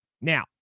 Now